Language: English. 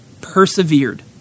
persevered